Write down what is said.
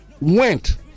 went